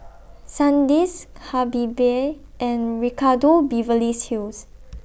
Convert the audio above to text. Sandisk Habibie and Ricardo Beverly's Hills